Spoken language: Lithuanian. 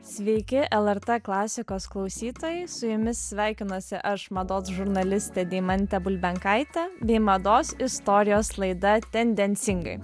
sveiki lrt klasikos klausytojai su jumis sveikinuosi aš mados žurnalistė deimantė bulbenkaitė bei mados istorijos laida tendencingai